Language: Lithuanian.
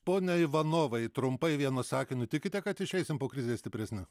pone ivanovai trumpai vienu sakiniu tikite kad išeisim po krizės stipresni